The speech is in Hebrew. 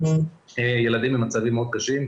ילדים במצבים מאוד קשים,